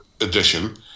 edition